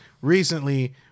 recently